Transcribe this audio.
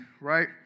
Right